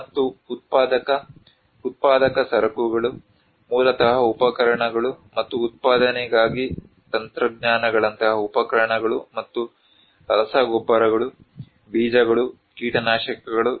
ಮತ್ತು ಉತ್ಪಾದಕ ಉತ್ಪಾದಕ ಸರಕುಗಳು ಮೂಲತಃ ಉಪಕರಣಗಳು ಮತ್ತು ಉತ್ಪಾದನೆಗಾಗಿ ತಂತ್ರಜ್ಞಾನಗಳಂತಹ ಉಪಕರಣಗಳು ಮತ್ತು ರಸಗೊಬ್ಬರಗಳು ಬೀಜಗಳು ಕೀಟನಾಶಕಗಳು